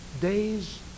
days